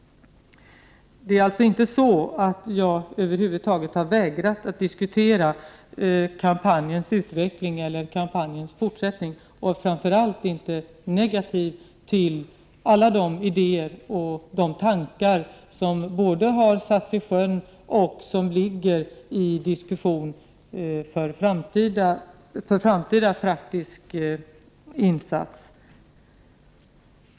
Det är alltså inte så att jag har vägrat att diskutera kampanjens fortsättning. Jag är framför allt inte negativ till de idéer och tankar som satts i verket eller som ligger i diskussion för framtida praktiska insatser.